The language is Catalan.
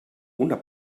una